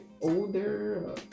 older